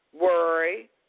worry